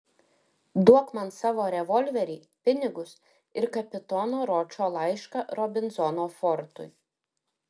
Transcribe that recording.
duok man savo revolverį pinigus ir kapitono ročo laišką robinzono fortui